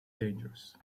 dangerous